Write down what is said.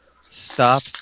stop